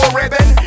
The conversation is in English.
ribbon